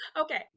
Okay